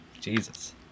Jesus